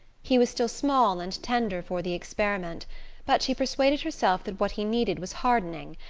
he was still small and tender for the experiment but she persuaded herself that what he needed was hardening,